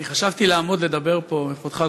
אני חשבתי לעמוד לדבר פה בנוכחותך,